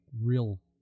real